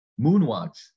moonwatch